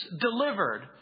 delivered